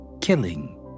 killing